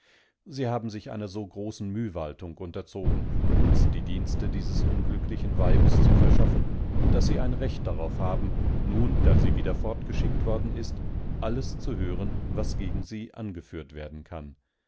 sie haben sich einer so großen mühwaltung unterzogen uns die dienste dieses unglücklichen weibes zu verschaffen daß sie ein recht darauf haben nun da sie wieder fortgeschickt worden ist alles zu hören was gegen sie angeführt werden kann